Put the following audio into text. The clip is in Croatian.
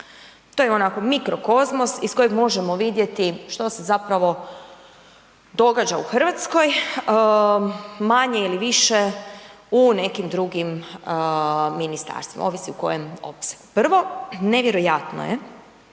To je onaj mikrokozmos iz kojeg možemo vidjeti što se zapravo događa u Hrvatskoj, manje ili više u nekim drugim ministarstvima, ovisi u kojem opsegu. Prvo, nevjerojatno je